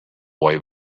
way